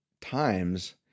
times